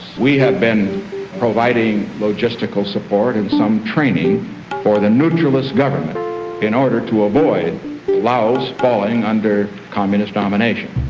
we have been providing logistical support and some training for the nutralist government in order to avoid laos falling under communist domination.